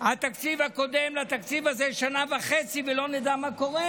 התקציב הקודם לתקציב הזה שנה וחצי ולא נדע מה קורה.